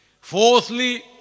fourthly